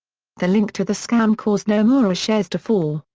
the link to the scam caused nomura shares to fall,